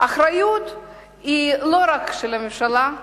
האחריות היא לא רק של הממשלה.